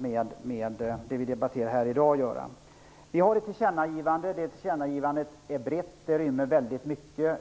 litet med det vi debatterar här i dag att göra. Vi har ett tillkännagivande. Det är brett. Det rymmer väldigt mycket.